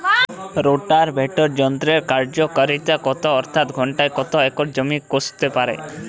Rotavator যন্ত্রের কার্যকারিতা কত অর্থাৎ ঘণ্টায় কত একর জমি কষতে পারে?